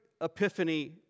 epiphany